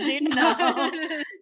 No